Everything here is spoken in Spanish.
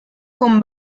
con